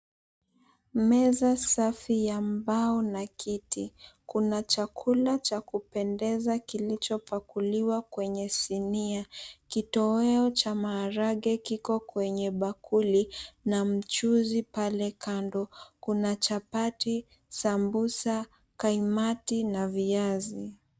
Meza safi ya mbao na kiti. Kuna chakula cha kupendeza kilichopakuliwa kwenye sinia. Kitoweo cha maharagwe kiko kwenye bakuli na mchuzi pale kando. Kuna; chapati, sambusa, kaimati na viazi.